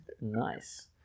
Nice